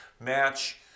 match